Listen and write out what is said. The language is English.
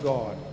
God